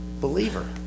believer